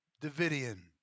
Davidian